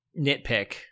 nitpick